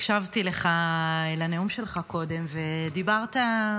הקשבתי לך, לנאום שלך קודם, ודיברת על